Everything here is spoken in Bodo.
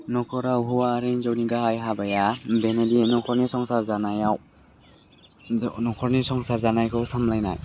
न'खराव हौवा आरो हिन्जावनि गाहाय हाबाया बेनोदि न'खरनि संसार जानायाव न'खरनि संसार जानायखौ सामलायनाय